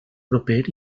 proper